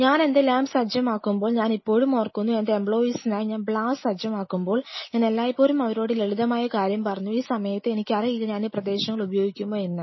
ഞാൻ എന്റെ ലാബ് സജ്ജമാക്കുമ്പോൾ ഞാൻ ഇപ്പോഴും ഓർക്കുന്നു എന്റെ എംപ്ലോയീസിനായി ഞാൻ ബ്ലാസ്റ്റ് സജ്ജമാക്കുമ്പോൾ ഞാൻ എല്ലായ്പോഴും അവരോട് ഈ ലളിതമായ കാര്യം പറഞ്ഞു ഈ സമയത്തു എനിക്കറിയില്ല ഞാൻ ഈ മേഖല ഉപയോഗിക്കുമോ എന്ന്